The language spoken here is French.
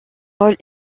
rôle